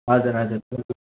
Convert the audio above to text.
हजुर हजुर